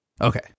Okay